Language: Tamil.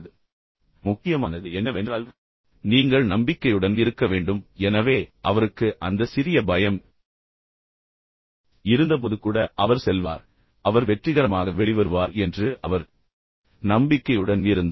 எனவே முக்கியமானது என்னவென்றால் நீங்கள் நம்பிக்கையுடன் இருக்க வேண்டும் எனவே அவருக்கு அந்த சிறிய பயம் இருந்தபோது கூட அவர் செல்வார் அவர் நிர்வகிப்பார் பின்னர் அவர் வெற்றிகரமாக வெளிவருவார் என்று அவர் மிகவும் நம்பிக்கையுடன் இருந்தார்